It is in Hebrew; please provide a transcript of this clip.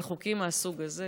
אבל חוקים מהסוג הזה